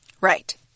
Right